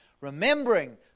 remembering